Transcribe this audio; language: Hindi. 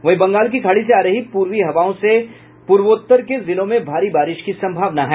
वहीं बंगाल की खाड़ी से आ रही पूर्वी हवाओं से पूर्वोत्तर के जिलों में भारी बारिश की संभावना है